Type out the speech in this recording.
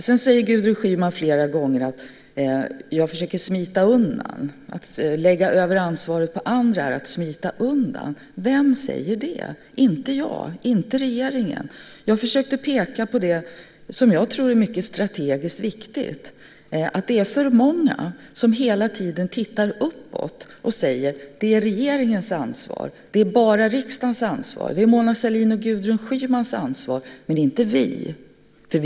Gudrun Schyman säger flera gånger att jag försöker smita undan och att lägga över ansvaret på andra är att smita undan. Vem säger det? Inte jag, inte regeringen. Jag försökte peka på det som jag tror är mycket strategiskt viktigt, att det är för många som hela tiden tittar uppåt och säger: Det är regeringens ansvar. Det är bara riksdagens ansvar. Det är Mona Sahlins och Gudrun Schymans ansvar, men inte vårt.